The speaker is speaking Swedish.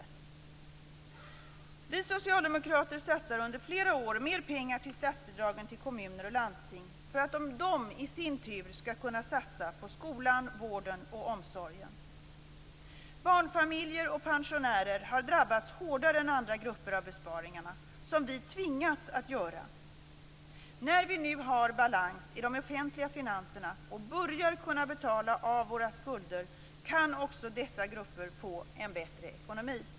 Vi socialdemokrater satsar under flera år mer pengar till statsbidragen till kommuner och landsting för att de i sin tur skall kunna satsa på skolan, vården och omsorgen. Barnfamiljer och pensionärer har drabbats hårdare än andra grupper av de besparingar som vi har tvingats att göra. När vi nu har balans i de offentliga finanserna och börjar att kunna betala av på våra skulder kan också dessa grupper få en bättre ekonomi.